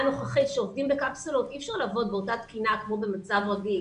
כשעובדים בקפסולות אי אפשר לעבוד באותה תקינה כמו במצב רגיל.